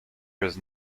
was